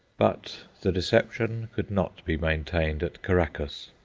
but the deception could not be maintained at caraccas.